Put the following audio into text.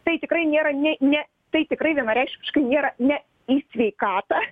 tai tikrai nėra ne ne tai tikrai vienareikšmiškai nėra ne į sveikatą